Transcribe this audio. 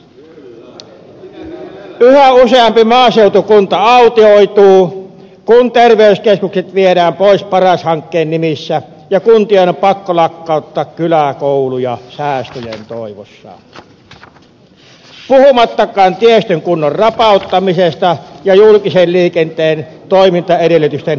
yhä useampi maaseutukunta autioituu kun terveyskeskukset viedään pois paras hankkeen nimissä ja kuntien on pakko lakkauttaa kyläkouluja säästöjen toivossa puhumattakaan tiestön kunnon rapauttamisesta ja julkisen liikenteen toimintaedellytysten heikentämisestä